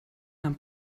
nahm